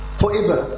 forever